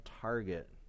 target